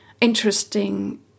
interesting